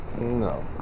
No